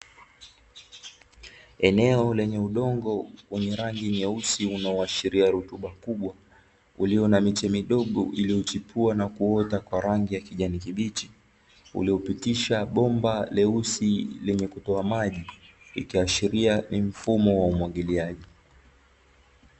Eneo lenye udongo wa rangi nyeusi, unaohashiria rutuba kubwa ulio na Miche midogo iliyochipua na kuota kwa rangi ya kijani kibichi uliopitosha bomba jeusi lenye kutoka maji, ikihashiria ni mfumo wa umwagiliaji .